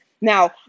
Now